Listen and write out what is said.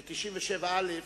ש-97א,